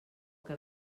que